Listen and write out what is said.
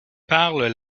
parlent